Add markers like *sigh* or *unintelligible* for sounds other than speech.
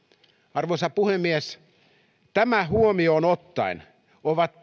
arvoisa puhemies tämä huomioon ottaen ovat *unintelligible*